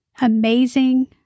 amazing